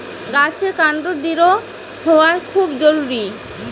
গাছের কান্ড দৃঢ় হওয়া খুব জরুরি